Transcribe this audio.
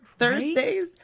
Thursdays